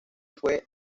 fue